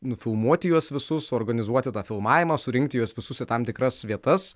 nufilmuoti juos visus suorganizuoti tą filmavimą surinkti juos visus į tam tikras vietas